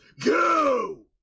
go